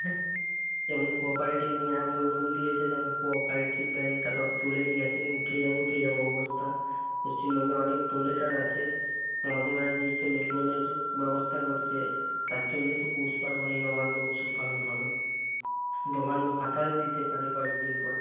হ্যাঁ যেমন কোঅপারেটিভ এমন লোন দিয়েছে যেমন কোঅপারেটিভ ব্যাংকটা তো চলেই গেছে উঠে যাবো উঠে যাবো অবস্থা পশ্চিমবঙ্গে অনেক ডোনেটার আছে মমতা ব্যানার্জির জন্যে লোনের ব্যবস্থা করছে তার জন্যেই তো পৌষপার্বণে এই নবান্ন উৎসব পালন হবে নবান্নভাতাও দিতে পারে কয়েক দিন পর